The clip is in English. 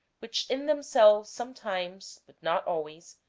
which in them selves sometimes, but not always,